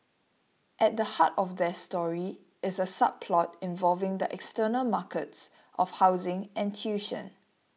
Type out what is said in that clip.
at the heart of their story is a subplot involving the external markets of housing and tuition